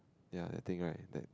ya I think right that